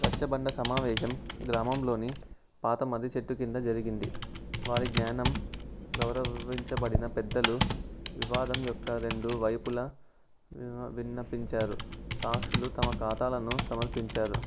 రచ్చబండ సమావేశం గ్రామంలోని పాతమర్రి చెట్టు కింద జరిగింది వారి జ్ఞానం గౌరవవించబడిన పెద్దలు వివాదం యొక్క రెండు వైపుల విన్నవించారు సాక్షులు తమ కథనాలను సమర్పించారు